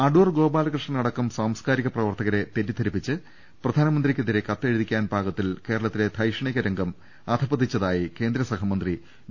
അടൂർ ഗോപാലകൃഷ്ണനടക്കം സാംസ്കാരിക പ്രവർത്ത കരെ തെറ്റിദ്ധരിപ്പിച്ച് പ്രധാനമന്ത്രിക്കെതിരെ കത്തെഴുതി ക്കാൻ പാകത്തിൽ കേരളത്തിലെ ധൈഷണിക രംഗം അധഃ പ്പതിച്ച തായി കേന്ദ്ര സ ഹ മന്ത്രി വി